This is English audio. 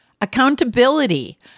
Accountability